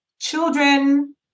children